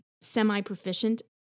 semi-proficient